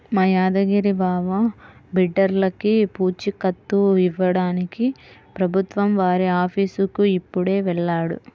మా యాదగిరి బావ బిడ్డర్లకి పూచీకత్తు ఇవ్వడానికి ప్రభుత్వం వారి ఆఫీసుకి ఇప్పుడే వెళ్ళాడు